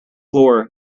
floor